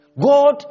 God